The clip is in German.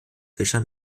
fischer